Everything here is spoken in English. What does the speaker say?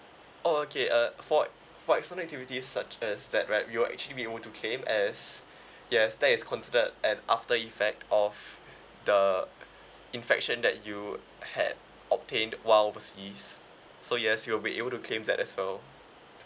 oh okay uh for for external activities such as that right you will actually be able to claim as yes that is considered an after effect of the infection that you had obtained while overseas so yes you'll be able to claim that as well